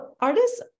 artists